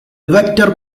vector